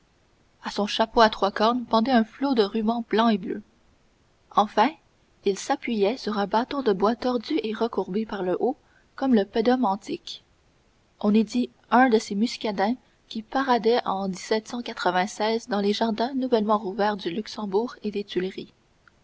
à son chapeau à trois cornes pendait un flot de rubans blancs et bleus enfin il s'appuyait sur un bâton de bois tordu et recourbé par le haut comme un pedum antique on eût dit un de ces muscadins qui paradaient en dans les jardins nouvellement rouverts du luxembourg et des tuileries